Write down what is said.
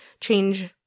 change